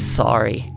sorry